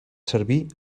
servir